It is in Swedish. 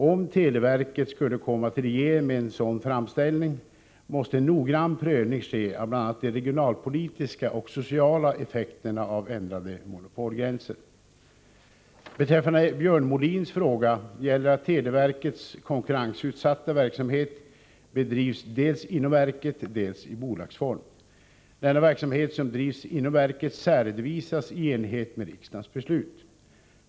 Om televerket skulle komma till regeringen med en sådan framställning, måste en noggrann prövning ske av bl.a. de regionalpolitiska och sociala effekterna av ändrade monopolgränser. Beträffande Björn Molins fråga gäller att televerkets konkurrensutsatta verksamhet bedrivs dels inom verket, dels i bolagsform. Den verksamhet som drivs inom verket särredovisas i enlighet med riksdagens beslut.